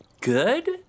good